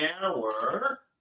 hour